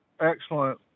excellent